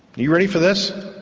you ready for this?